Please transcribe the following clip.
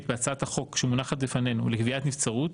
בהצעת החוק שמונחת בפנינו לקביעת נבצרות,